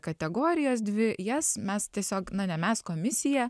kategorijos dvi jas mes tiesiog na ne mes komisija